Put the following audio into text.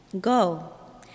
Go